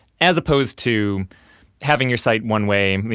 as opposed to having your site one way, i mean